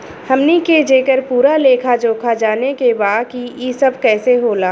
हमनी के जेकर पूरा लेखा जोखा जाने के बा की ई सब कैसे होला?